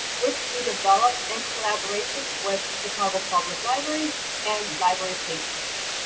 which we developed in collaboration with chicago public libraries and library patrons.